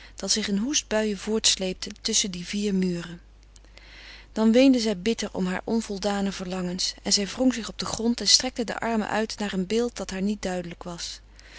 dat zich in hoestbuien voortsleepte tusschen die vier muren dan weende zij bitter om haar onvoldane verlangens en zij wrong zich op den grond en strekte de armen uit naar een beeld dat haar niet duidelijk was